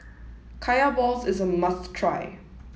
Kaya Balls is a must try